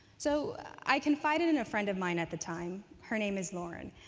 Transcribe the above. so i confided in a friend of mine at the time. her name is lauren.